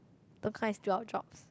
don't come and steal our jobs